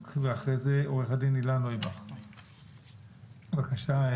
בבקשה.